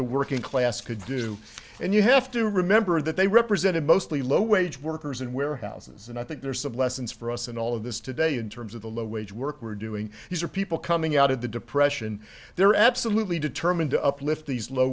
the working class could do and you have to remember that they represented mostly low wage workers in warehouses and i think there are some lessons for us in all of this today in terms of the low wage work we're doing these are people coming out of the depression they're absolutely determined to uplift these low